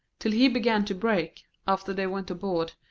till he began to break, after they went abroad,